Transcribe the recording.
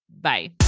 Bye